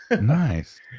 Nice